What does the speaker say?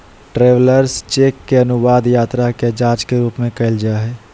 travellers cheque के अनुवाद यात्रा के जांच के रूप में कइल जा हइ